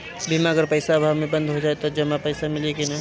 बीमा अगर पइसा अभाव में बंद हो जाई त जमा पइसा मिली कि न?